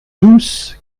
tous